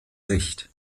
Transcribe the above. recht